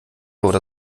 oder